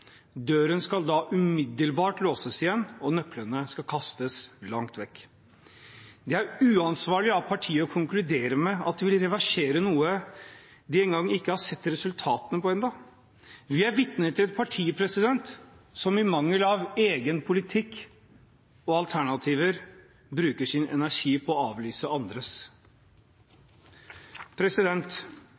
Døren skal da umiddelbart låses igjen, og nøklene skal kastes langt vekk. Det er uansvarlig av partiet å konkludere med at de vil reversere noe de ennå ikke engang har sett resultatene av. Vi er vitne til et parti som i mangel av egen politikk og egne alternativer bruker sin energi på å avlyse andres.